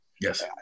Yes